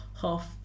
half